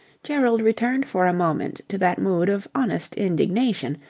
gerald returned for a moment to that mood of honest indignation,